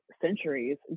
centuries